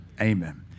Amen